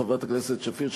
חברת הכנסת שפיר,